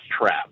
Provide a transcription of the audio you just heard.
trap